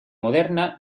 moderna